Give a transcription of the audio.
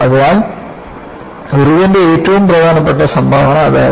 അതിനാൽ ഇർവിന്റെ ഏറ്റവും പ്രധാനപ്പെട്ട സംഭാവന അതായിരുന്നു